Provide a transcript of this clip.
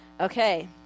Okay